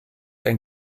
ein